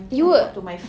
you were